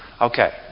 Okay